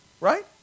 Right